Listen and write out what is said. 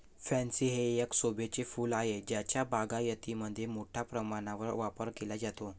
pansy हे एक शोभेचे फूल आहे ज्याचा बागायतीमध्ये मोठ्या प्रमाणावर वापर केला जातो